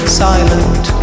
silent